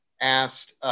asked